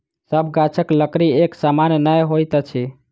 सभ गाछक लकड़ी एक समान नै होइत अछि